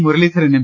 Muraleedharan M